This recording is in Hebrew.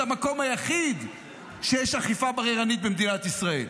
זה המקום היחיד שיש אכיפה בררנית במדינת ישראל,